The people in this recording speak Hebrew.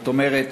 זאת אומרת,